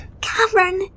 Cameron